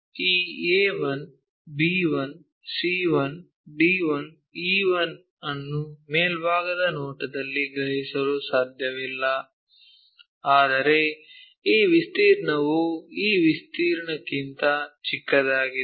ಈ A 1 B 1 C 1 D 1 E 1 ಅನ್ನು ಮೇಲ್ಭಾಗದ ನೋಟದಲ್ಲಿ ಗ್ರಹಿಸಲು ಸಾಧ್ಯವಿಲ್ಲ ಆದರೆ ಈ ವಿಸ್ತೀರ್ಣವು ಈ ವಿಸ್ತೀರ್ಣಕ್ಕಿಂತ ಚಿಕ್ಕದಾಗಿದೆ